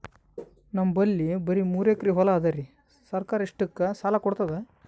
ನಮ್ ಬಲ್ಲಿ ಬರಿ ಮೂರೆಕರಿ ಹೊಲಾ ಅದರಿ, ಸರ್ಕಾರ ಇಷ್ಟಕ್ಕ ಸಾಲಾ ಕೊಡತದಾ?